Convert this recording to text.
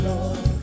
Lord